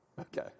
okay